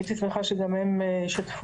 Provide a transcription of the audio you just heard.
הייתי שמחה שגם הן ישתפו.